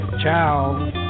Ciao